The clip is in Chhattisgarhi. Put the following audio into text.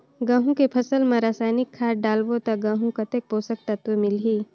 गंहू के फसल मा रसायनिक खाद डालबो ता गंहू कतेक पोषक तत्व मिलही?